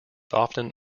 often